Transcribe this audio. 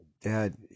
Dad